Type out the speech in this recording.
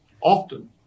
often